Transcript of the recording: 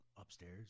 upstairs